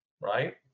right